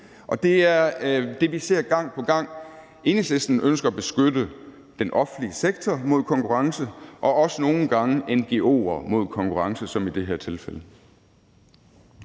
det, vi ser gang på gang – Enhedslisten ønsker at beskytte den offentlige sektor mod konkurrence, og nogle gange ønsker man, som i det her tilfælde,